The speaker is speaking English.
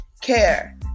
Care